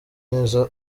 neza